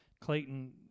Clayton